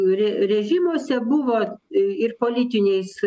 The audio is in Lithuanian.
re režimuose buvo ir politiniais